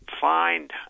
find